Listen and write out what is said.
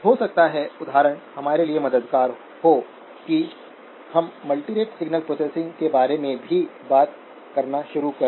हो सकता है उदाहरण हमारे लिए मददगार हो कि हम मल्टीरेट सिग्नल प्रोसेसिंग के बारे में भी बात करना शुरू कर दें